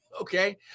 Okay